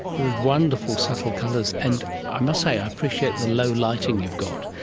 with wonderful subtle colours, and i must say i appreciate the lower lighting you've got.